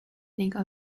legal